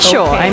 Sure